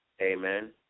Amen